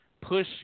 push